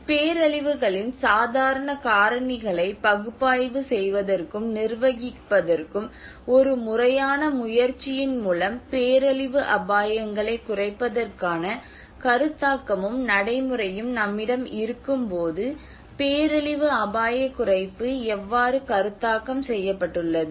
பேரழிவுகளின் சாதாரண காரணிகளை பகுப்பாய்வு செய்வதற்கும் நிர்வகிப்பதற்கும் ஒரு முறையான முயற்சியின் மூலம் பேரழிவு அபாயங்களைக் குறைப்பதற்கான கருத்தாக்கமும் நடைமுறையும் நம்மிடம் இருக்கும்போது பேரழிவு அபாயக் குறைப்பு எவ்வாறு கருத்தாக்கம் செய்யப்பட்டுள்ளது